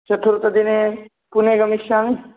चतुर्थदिने पुने गमिष्यामि